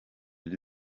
lie